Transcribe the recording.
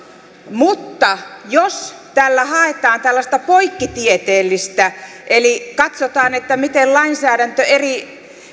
mutta jos tällä haetaan tällaista poikkitieteellistä asiaa eli katsotaan miten lainsäädäntö eri